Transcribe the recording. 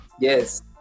Yes